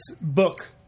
book